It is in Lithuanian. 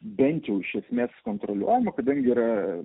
bent jau iš esmės kontroliuojama kadangi yra